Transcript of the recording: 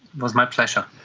was my pleasure.